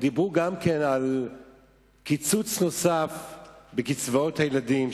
דיברו גם על קיצוץ נוסף בקצבאות הילדים,